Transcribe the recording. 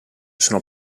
sono